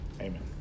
amen